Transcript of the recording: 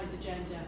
agenda